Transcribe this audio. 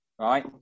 right